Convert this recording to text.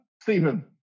Stephen